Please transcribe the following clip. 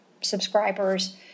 subscribers